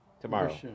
tomorrow